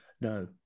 No